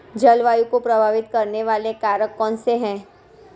जलवायु को प्रभावित करने वाले कारक कौनसे हैं?